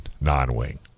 non-wing